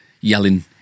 yelling